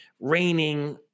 raining